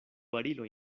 barilo